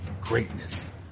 Greatness